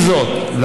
עם זאת,